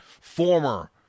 Former